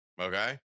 okay